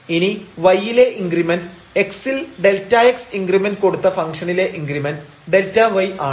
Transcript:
ഇനി y ലെ increment x ൽ Δx ഇൻഗ്രിമെന്റ് കൊടുത്ത ഫംഗ്ഷനിലെ ഇൻഗ്രിമെന്റ് Δy ആണ്